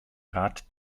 rat